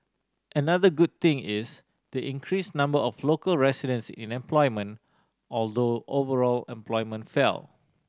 another good thing is the increased number of local residents in employment although overall employment fell